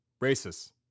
Racists